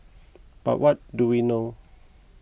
but what do we know